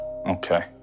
Okay